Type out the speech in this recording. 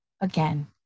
Again